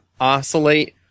oscillate